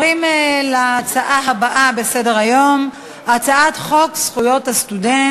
להסיר מסדר-היום את הצעת חוק יסודות התקציב (תיקון,